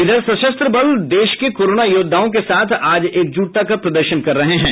इधर सशस्त्र बल देश के कोरोना योद्वाओं के साथ आज एकजुटता का प्रदर्शन करेंगे